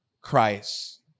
Christ